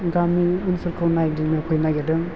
गामि ओनसोलखौ नायदिंनो फैनो नागिरदों